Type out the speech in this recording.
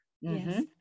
Yes